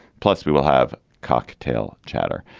plus, we will have cocktail chatter.